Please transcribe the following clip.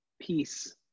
peace